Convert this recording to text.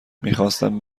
میخواستم